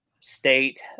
state